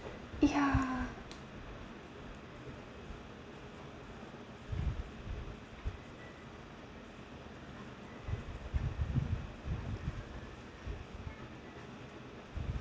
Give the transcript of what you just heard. ya